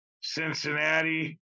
Cincinnati